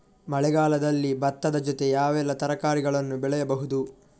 ಮಳೆಗಾಲದಲ್ಲಿ ಭತ್ತದ ಜೊತೆ ಯಾವೆಲ್ಲಾ ತರಕಾರಿಗಳನ್ನು ಬೆಳೆಯಬಹುದು?